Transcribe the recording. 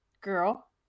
Girl